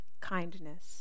kindness